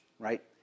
right